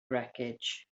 wreckage